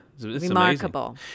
remarkable